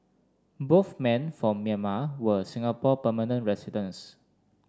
both men from Myanmar were Singapore permanent residents